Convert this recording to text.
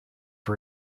for